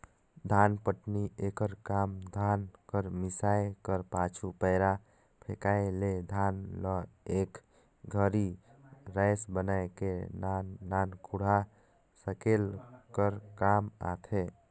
धानपटनी एकर काम धान कर मिसाए कर पाछू, पैरा फेकाए ले धान ल एक घरी राएस बनाए के नान नान कूढ़ा सकेले कर काम आथे